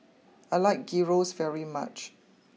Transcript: I like Gyros very much